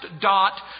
dot